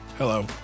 Hello